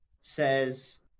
says